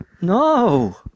No